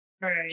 Right